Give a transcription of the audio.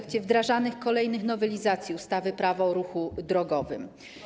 Chodzi o wdrażanych kolejnych nowelizacji ustawy -Prawo o ruchu drogowym.